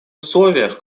условиях